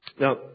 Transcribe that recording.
Now